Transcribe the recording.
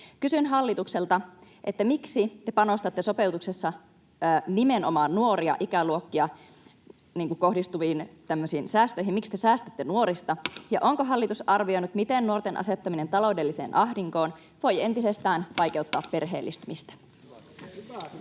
Kysyn hallitukselta: Miksi te panostatte sopeutuksessa nimenomaan tämmöisiin nuoriin ikäluokkiin kohdistuviin säästöihin, miksi te säästätte nuorista? Ja onko hallitus arvioinut, miten nuorten asettaminen taloudelliseen ahdinkoon voi entisestään vaikeuttaa [Puhemies